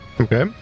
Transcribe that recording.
Okay